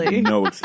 No